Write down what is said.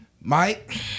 Mike